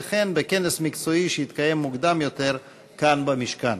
וכן בכנס מקצועי שהתקיים מוקדם יותר כאן במשכן.